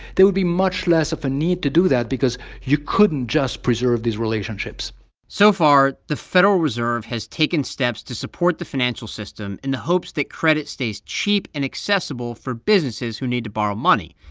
there would be much less of a need to do that because you couldn't just preserve these relationships so far, the federal reserve has taken steps to support the financial system in the hopes that credit stays cheap and accessible for businesses who need to borrow money,